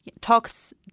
talks